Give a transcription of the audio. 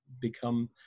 become